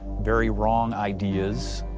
very wrong ideas,